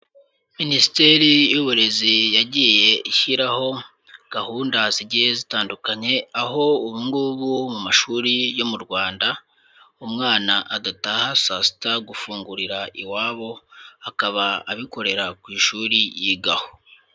Minisiteri y'Uburezi yagiye ishyiraho gahunda zigiye zitandukanye, aho ubungubu mu mashuri yo mu Rwanda, umwana adataha saa sita gufungurira iwabo, akaba abikorera ku ishuri yigaho.